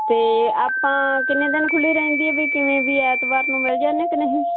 ਅਤੇ ਆਪਾਂ ਕਿੰਨੇ ਦਿਨ ਖੁੱਲ੍ਹੀ ਰਹਿੰਦੀ ਵੀ ਕਿਵੇਂ ਵੀ ਐਤਵਾਰ ਨੂੰ ਮਿਲ ਜਾਂਦੇ ਕਿ ਨਹੀਂ